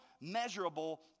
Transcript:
measurable